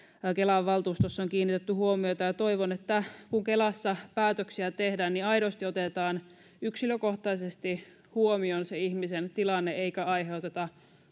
kelan valtuustossa on kiinnitetty huomiota ja toivon kun kelassa päätöksiä tehdään niin aidosti otetaan yksilökohtaisesti huomioon se ihmisen tilanne eikä aiheuteta